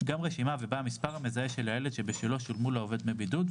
גם רשימה ובה המספר המזהה של הילד שבשלו שולמו לעובד דמי בידוד,